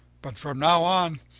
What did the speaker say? but from now on,